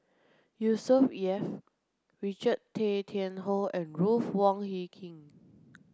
Yusnor Ef Richard Tay Tian Hoe and Ruth Wong Hie King